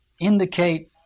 indicate